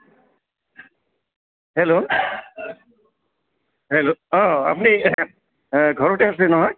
hello hello অঁ আপুনি ঘৰতে আছে নহয়